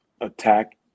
attack